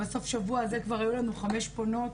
בסוף השבוע האחרון כבר היו לנו חמש פונות,